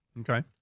Okay